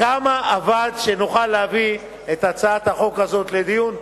כמה עבד כדי שנוכל להביא את הצעת החוק הזאת לדיון?